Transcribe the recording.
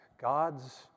God's